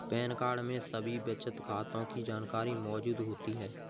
pan card में सभी बचत खातों की जानकारी मौजूद होती है